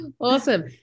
Awesome